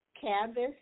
Canvas